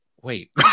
wait